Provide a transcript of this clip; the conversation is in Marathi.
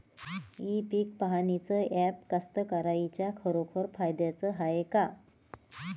इ पीक पहानीचं ॲप कास्तकाराइच्या खरोखर फायद्याचं हाये का?